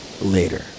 later